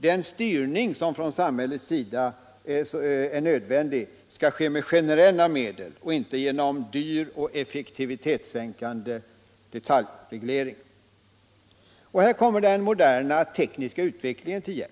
Den styrning som från samhällets sida är nödvändig skall ske med generella medel och inte genom dvyr och effektivitetssänkande detaljreglering. Trafikpolitiken Trafikpolitiken Här kommer den moderna tekniska utvecklingen till hjälp.